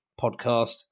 podcast